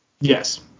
Yes